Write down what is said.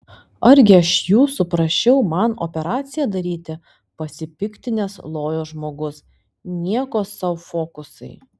argi aš jūsų prašiau man operaciją daryti pasipiktinęs lojo žmogus nieko sau fokusai